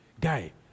guy